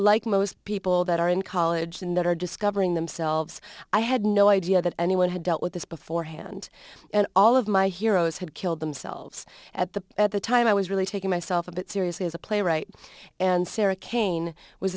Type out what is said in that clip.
like most people that are in college and that are discovering themselves i had no idea that anyone had dealt with this beforehand and all of my heroes had killed themselves at the at the time i was really taking myself in seriously as a playwright and sarah kane was